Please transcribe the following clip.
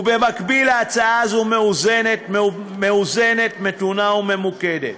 ובמקביל, ההצעה הזו מאוזנת, מתונה וממוקדת.